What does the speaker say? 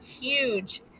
huge